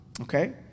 Okay